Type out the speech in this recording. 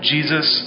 Jesus